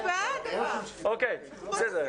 אנחנו בעד ואמרנו את זה.